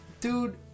Dude